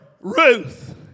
Ruth